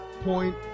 point